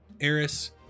Eris